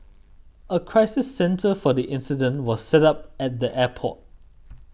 a crisis centre for the incident was set up at the airport